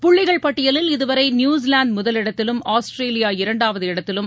புள்ளிகள் பட்டியலில் இதுவரைநியூஸிலாந்துமுதல் இடத்திலும் ஆஸ்திரேலியா இரண்டாவது இடத்திலும்